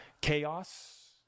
chaos